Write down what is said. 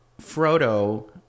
frodo